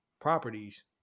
properties